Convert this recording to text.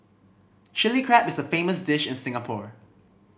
Chilli Crab is a famous dish in Singapore